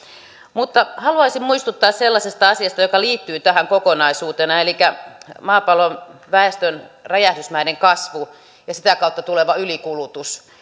mutta haluaisin muistuttaa sellaisesta asiasta joka liittyy tähän kokonaisuutena elikkä maapallon väestön räjähdysmäisestä kasvusta ja sitä kautta tulevasta ylikulutuksesta